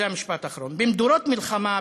זה המשפט האחרון: "במדורות מלחמה,